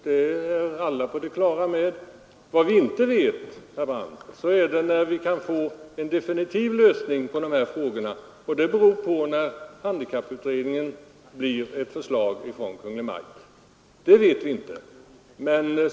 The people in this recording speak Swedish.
Men vad vi inte vet är när vi kan få en definitiv lösning på dessa frågor; den saken är beroende av när handikapputredningens betänkande resulterar i ett förslag från Kungl. Maj:t.